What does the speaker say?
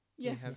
Yes